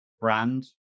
brand